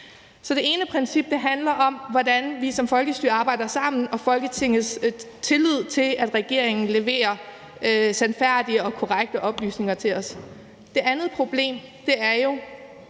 Så det ene principielle problem handler om, hvordan vi som folkestyre arbejder sammen, og om Folketingets tillid til, at regeringen leverer sandfærdige og korrekte oplysninger til os. Det andet problem er jo,